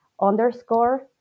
underscore